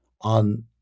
on